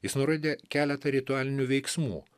jis nurodė keletą ritualinių veiksmų